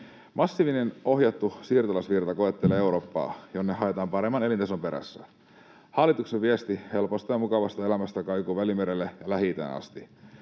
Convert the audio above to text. Massiivinen ohjattu siirtolaisvirta koettelee Eurooppaa, jonne haetaan paremman elintason perässä. Hallituksen viesti helposta ja mukavasta elämästä kaikuu Välimerelle ja Lähi-itään asti.